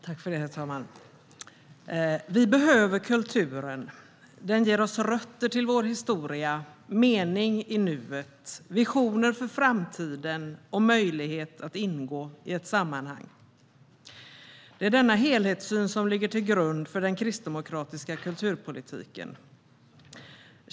Herr talman! Vi behöver kulturen. Den ger oss rötter till vår historia, mening i nuet, visioner för framtiden och möjlighet att ingå i ett sammanhang. Det är denna helhetssyn som ligger till grund för den kristdemokratiska kulturpolitiken.